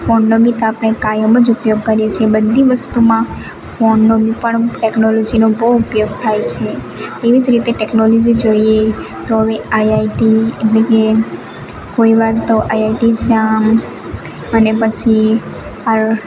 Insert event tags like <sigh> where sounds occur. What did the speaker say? ફોનનો બી તો આપણે કાયમ જ ઉપયોગ કરીએ છીએ બધી વસ્તુમાં ફોનનો <unintelligible> ટેક્નોલોજીનો બહુ ઉપયોગ થાય છે એવી જ રીતે ટેક્નોલોજી જોઈએ તો હવે આઈઆઈટી એટલે કે કોઈ વાર તો આય આઈઆઈટી જ્યાં અને પછી આર